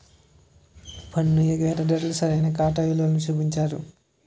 పన్ను ఎగవేత దారులు సరైన ఖాతా నిలవలని చూపించరు